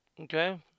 Okay